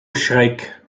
schreck